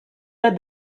let